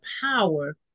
power